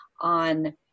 on